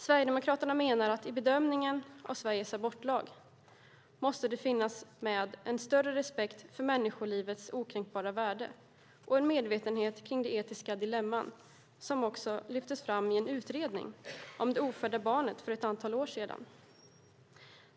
Sverigedemokraterna menar att det i bedömningen av Sveriges abortlag måste finnas med en större respekt för människolivets okränkbara värde och en medvetenhet kring etiska dilemman, såsom också lyftes fram i en utredning om det ofödda barnet för ett antal år sedan.